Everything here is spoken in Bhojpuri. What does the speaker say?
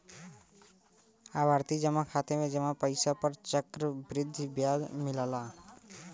आवर्ती जमा खाता में जमा पइसा पर चक्रवृद्धि ब्याज मिलला